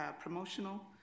promotional